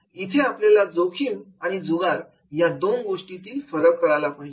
इथे आपल्याला जोखीम आणि जुगार या दोन शब्दांमधील फरक कळला पाहिजे